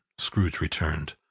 scrooge returned.